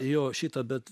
jo šitą bet